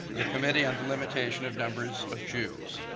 the committee on limitation of numbers of jews.